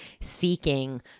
seeking